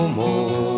more